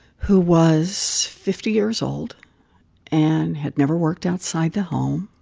who was fifty years old and had never worked outside the home